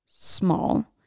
small